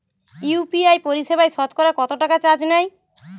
UPI পরিসেবায় সতকরা কতটাকা চার্জ নেয়?